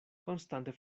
konstante